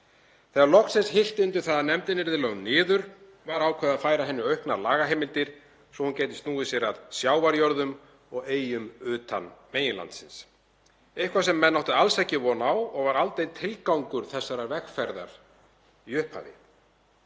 Þegar loksins hillti undir það að nefndin yrði lögð niður var ákveðið að færa henni auknar lagaheimildir svo að hún gæti snúið sér að sjávarjörðum og eyjum utan meginlandsins, eitthvað sem menn áttu alls ekki von á og var aldrei tilgangur þessarar vegferðar í upphafi.